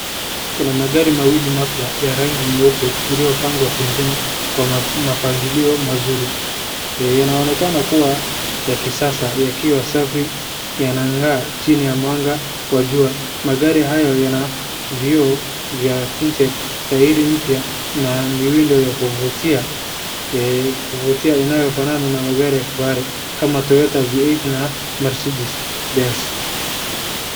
Kuna magari mawili mapya ya rangi nyeupe iliyopangwa pembeni kwa mapangilio mazuri, yanaonekana kuwa ya kisasa yakiwa safi yanangaa chini ya mwanga wa jua, magari hayo yana vioo vya cs [tinted] cs, tairi mpya na miundo ya kuvutia inayofanana na magari ya kifahari kama Toyota V8 na Mercedes Benz.